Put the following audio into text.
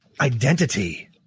identity